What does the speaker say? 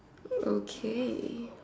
okay